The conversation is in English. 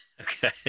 okay